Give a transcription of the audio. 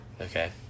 Okay